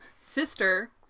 sister